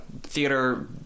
theater